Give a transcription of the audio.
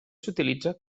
s’utilitza